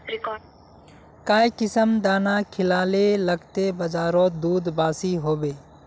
काई किसम दाना खिलाले लगते बजारोत दूध बासी होवे?